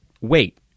wait